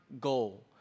goal